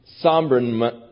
somberness